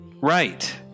Right